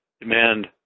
demand